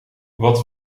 wat